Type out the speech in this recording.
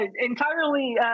entirely